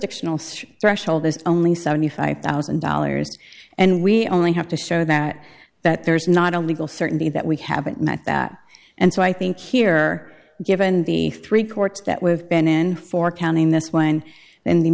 jurisdictional such threshold is only seventy five thousand dollars and we only have to show that that there's not a legal certainty that we haven't met that and so i think here given the three courts that we've been in for counting this one in the